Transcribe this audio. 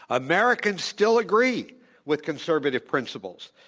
americans still agree with conservative principles.